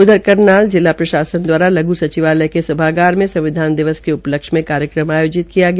उधर करनाल जिला प्रशासन द्वारा लघ् सचिवालय के सभागार में संविधान दिवस के उपलक्ष में कार्यक्रम आयोजित किया गया